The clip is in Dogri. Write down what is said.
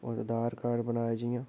आधार कार्ड़ बनाए जि'यां